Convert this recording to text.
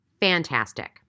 Fantastic